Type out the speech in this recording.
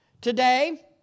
Today